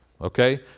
okay